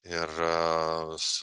ir s